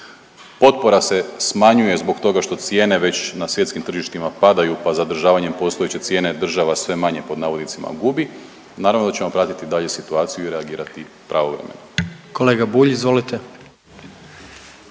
Potpora se smanjuje zbog toga što cijene već na svjetskim tržištima padaju pa zadržavanjem postojeće cijene država sve manje pod navodnicima gubi. Naravno da ćemo pratiti dalje situaciju i reagirati pravovremeno. **Jandroković,